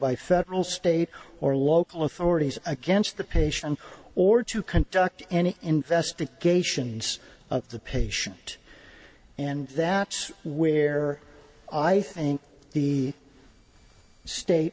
by federal state or local authorities against the patient or to conduct any investigations of the patient and that's where i think the state